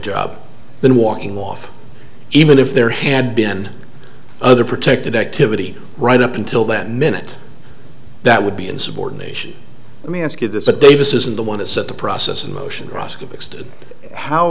job then walking off even if there had been other protected activity right up until that minute that would be insubordination let me ask you this but davis isn't the one that set the process in motion r